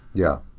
yeah.